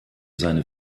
seine